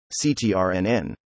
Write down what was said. CTRNN